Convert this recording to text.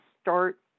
start